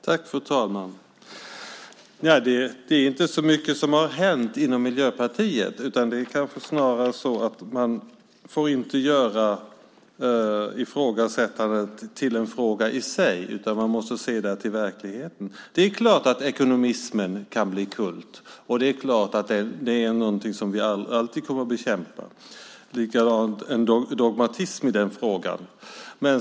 Fru talman! Det är inte så mycket som har hänt inom Miljöpartiet, utan det kanske snarare är så att man inte får göra ifrågasättandet till en fråga i sig. Man måste se till verkligheten. Det är klart att ekonomismen kan bli kult, och det är klart att det är någonting som vi alltid kommer att bekämpa, liksom dogmatism i den frågan.